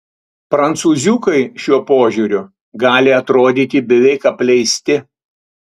prancūziukai šiuo požiūriu gali atrodyti beveik apleisti